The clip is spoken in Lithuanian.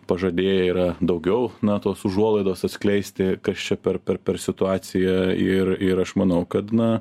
pažadėję yra daugiau na tos užuolaidos atskleisti kas čia per per situacija ir ir aš manau kad na